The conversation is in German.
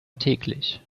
täglich